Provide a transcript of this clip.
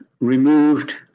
removed